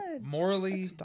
morally